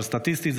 אבל סטטיסטית,